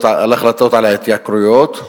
להחלטות על ההתייקרויות.